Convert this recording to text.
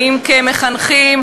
ואם כמחנכים,